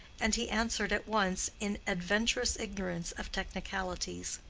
and he answered at once in adventurous ignorance of technicalities,